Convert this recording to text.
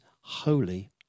holy